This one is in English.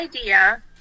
idea